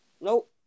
Nope